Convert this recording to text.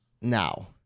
now